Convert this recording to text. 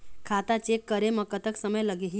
खाता चेक करे म कतक समय लगही?